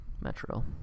metro